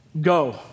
Go